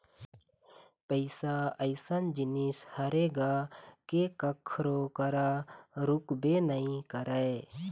पइसा अइसन जिनिस हरे गा के कखरो करा रुकबे नइ करय